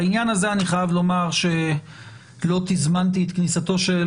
בעניין הזה אני חייב לומר שלא תזמנתי את כניסתו של